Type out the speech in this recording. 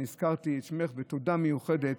אני הזכרתי את שמך בתודה מיוחדת.